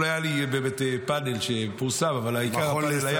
אמרו: בואו נעשה שטיפת מוח.